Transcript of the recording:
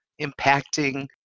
impacting